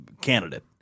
candidate